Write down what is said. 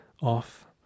off